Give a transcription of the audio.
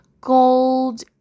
gold